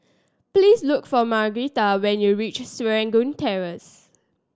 please look for Margarita when you reach Serangoon Terrace